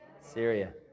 Syria